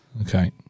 okay